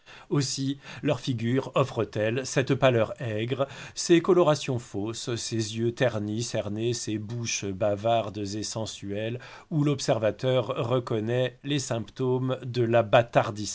aussi leurs figures offrent elles cette pâleur aigre ces colorations fausses ces yeux ternis cernés ces bouches bavardes et sensuelles où l'observateur reconnaît les symptômes de l'abâtardissement de la